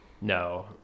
no